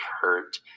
hurt